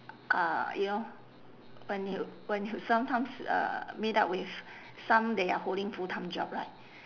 uh you know when you when you sometimes uh meet up with some they are holding full time job right